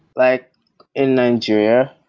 like in nigeria,